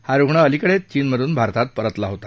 हा रुग्ण अलिकडेच चीनमधून भारतात परतला होता